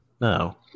No